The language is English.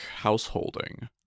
householding